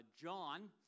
John